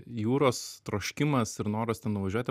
jūros troškimas ir noras ten nuvažiuoti